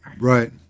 Right